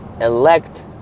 elect